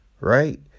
right